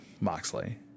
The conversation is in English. Moxley